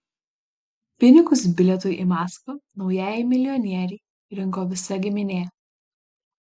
pinigus bilietui į maskvą naujajai milijonierei rinko visa giminė